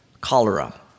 cholera